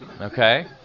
okay